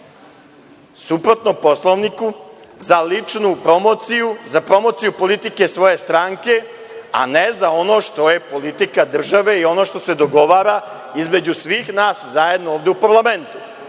suprotno Poslovniku, za ličnu promociju, za promociju politike svoje stranke, a ne za ono što je politika države i ono što se dogovara između svih nas zajedno ovde u parlamentu.